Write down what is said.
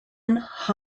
ethnic